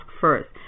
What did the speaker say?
first